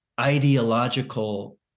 ideological